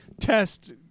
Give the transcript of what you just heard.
test